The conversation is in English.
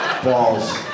balls